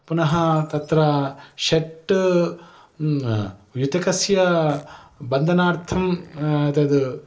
पुनः तत्र षट् युतकस्य बन्धनार्थं तद्